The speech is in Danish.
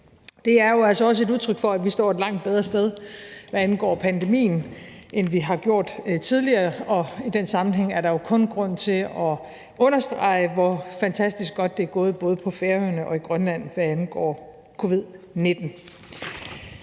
altså også et udtryk for, at vi står et langt bedre sted, hvad angår pandemien, end vi har gjort tidligere, og i den sammenhæng er der jo kun grund til at understrege, hvor fantastisk godt det er gået både på Færøerne og i Grønland, hvad angår covid-19.